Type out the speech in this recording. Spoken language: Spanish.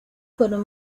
fueron